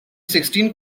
sixteen